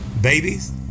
babies